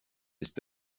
ist